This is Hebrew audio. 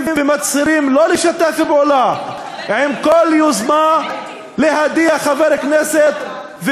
ומצהירים שלא לשתף פעולה בשום יוזמה להדיח חבר כנסת,